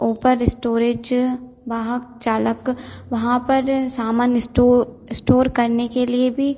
ऊपर स्टोरेज वाहक चालक वहाँ पर सामान स्टो स्टोर करने के लिए भी